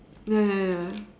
ya ya ya